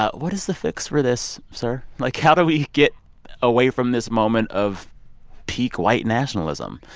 ah what is the fix for this, sir? like, how do we get away from this moment of peak white nationalism?